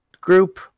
group